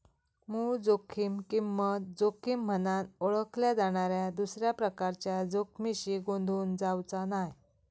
मूळ जोखीम किंमत जोखीम म्हनान ओळखल्या जाणाऱ्या दुसऱ्या प्रकारच्या जोखमीशी गोंधळून जावचा नाय